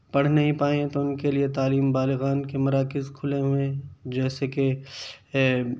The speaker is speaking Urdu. پڑھ نہیں پائیں تو ان کے لیے تعلیم بالغان کے مراکز کھلے ہوئے جیسے کہ